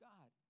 God